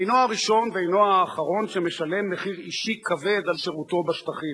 אינו הראשון ואינו האחרון שמשלם מחיר אישי כבד על שירותו בשטחים.